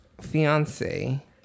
fiance